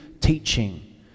teaching